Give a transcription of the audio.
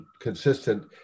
consistent